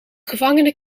gevangenen